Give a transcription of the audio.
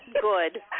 Good